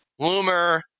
Loomer